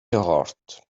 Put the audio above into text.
heart